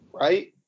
right